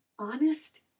Honest